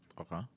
Okay